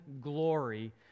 glory